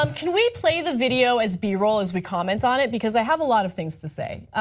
um can we play the video as be role as we comment on it because i have a lot of things to say.